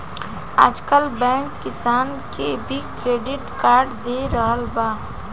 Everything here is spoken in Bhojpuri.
आजकल बैंक किसान के भी क्रेडिट कार्ड दे रहल बा